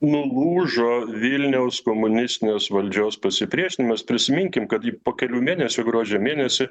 nulūžo vilniaus komunistinės valdžios pasipriešinimas prisiminkim kad po kelių mėnesių gruodžio mėnesį